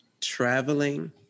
traveling